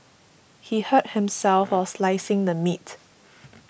he hurt himself while slicing the meat